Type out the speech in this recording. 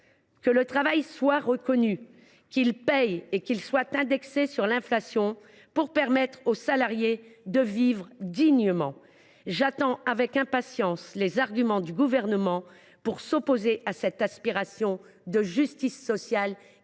que le travail soit reconnu, qu’il paie et qu’il soit indexé sur l’inflation pour permettre aux salariés de vivre dignement. J’attends avec impatience les arguments du Gouvernement contre cette aspiration de justice sociale